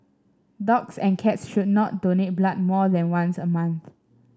dogs and cats should not donate blood more than once a month